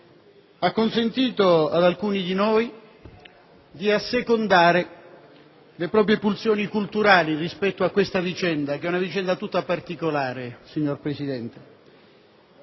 ha consentito ad alcuni di noi di assecondare le proprie pulsioni culturali rispetto a questa vicenda, che è una vicenda tutta particolare. Signor Presidente,